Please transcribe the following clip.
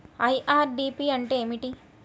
IRDP అంటే ఏమిటి?